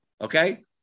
Okay